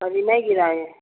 अभी नहीं गिराए हैं